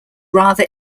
rather